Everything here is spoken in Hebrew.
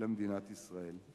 למדינת ישראל.